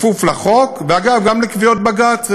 כפוף לחוק, ואגב, גם לקביעות בג"ץ ובתי-המשפט.